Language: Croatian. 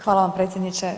Hvala vam predsjedniče.